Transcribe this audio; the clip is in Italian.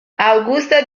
augusto